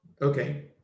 Okay